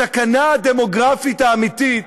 הסכנה הדמוגרפית האמיתית